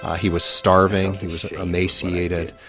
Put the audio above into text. ah he was starving he was emaciated,